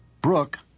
Brooke